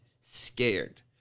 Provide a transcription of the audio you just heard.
scared